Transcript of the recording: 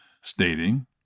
stating